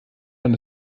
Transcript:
man